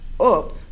up